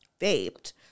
vaped